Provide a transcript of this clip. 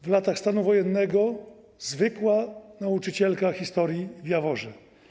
W latach stanu wojennego była zwykłą nauczycielką historii w Jaworze.